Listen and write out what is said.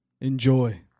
Enjoy